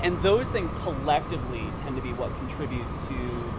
and those things collectively tend to be what contributes to